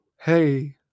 Hey